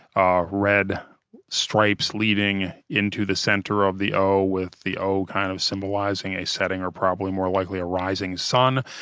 ah red stripes leading into the center of the o with the o kind of symbolizing a setting, or probably more likely a rising sun.